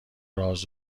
راز